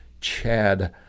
Chad